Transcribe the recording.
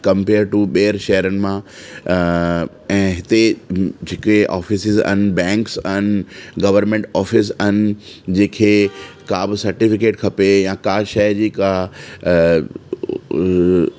compare to ॿियनि शहिरनि मां ऐं हिते जेके ऑफ़िसिस आहिनि बैंक्स आहिनि गवर्मेंट ऑफ़िस आहिनि जंहिंखे का बि सेर्टीफ़िकेट खपे या का शइ जेका